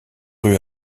rue